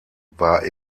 war